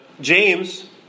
James